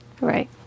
Right